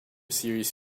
series